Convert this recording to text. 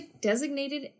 designated